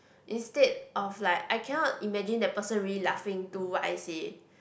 instead of like I cannot imagine the person really laughing to what I said